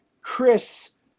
Chris